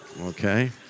Okay